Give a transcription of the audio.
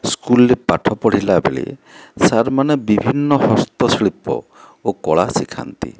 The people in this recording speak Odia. ସ୍କୁଲ୍ରେ ପାଠ ପଢ଼ିଲାବେଳେ ସାର୍ମାନେ ବିଭିନ୍ନ ହସ୍ତଶିଳ୍ପ ଓ କଳା ଶିଖାନ୍ତି